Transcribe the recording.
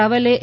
રાવલે એ